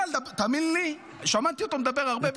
תאמין לי, שמעתי אותו מדבר הרבה בחיים.